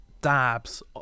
dabs